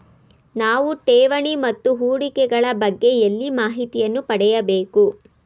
ನಾವು ಠೇವಣಿ ಮತ್ತು ಹೂಡಿಕೆ ಗಳ ಬಗ್ಗೆ ಎಲ್ಲಿ ಮಾಹಿತಿಯನ್ನು ಪಡೆಯಬೇಕು?